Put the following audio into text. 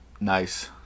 Nice